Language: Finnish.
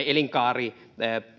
elinkaari ja